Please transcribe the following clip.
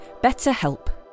BetterHelp